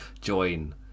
Join